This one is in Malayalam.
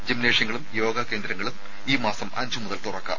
ജിംനേഷ്യങ്ങളും യോഗ കേന്ദ്രങ്ങളും ഈ മാസം അഞ്ചുമുതൽ തുറക്കാം